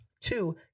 Two